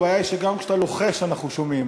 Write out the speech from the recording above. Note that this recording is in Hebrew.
הבעיה היא שגם כשאתה לוחש אנחנו שומעים.